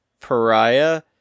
Pariah